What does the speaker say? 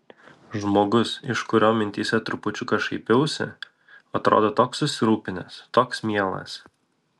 žmogus iš kurio mintyse trupučiuką šaipiausi atrodo toks susirūpinęs toks mielas